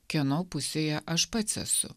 kieno pusėje aš pats esu